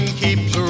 keeps